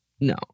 No